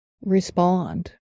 respond